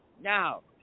Now